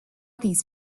these